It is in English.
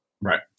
Right